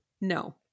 No